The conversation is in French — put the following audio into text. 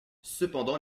cependant